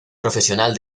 profesional